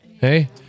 Hey